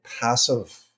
passive